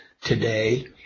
today